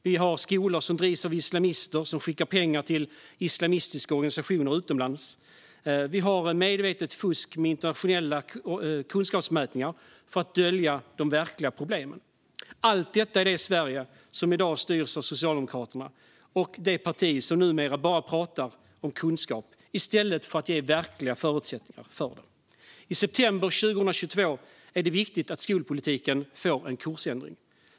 Skolor drivs av islamister som skickar pengar till islamistiska organisationer utomlands. Det sker medvetet fusk i internationella kunskapsmätningar för att dölja de verkliga problemen. Allt detta är det Sverige som i dag styrs av Socialdemokraterna och det parti som numera bara pratar om kunskap i stället för att ge verkliga förutsättningar för den. I september 2022 är det viktigt att skolpolitiken får en kursändring.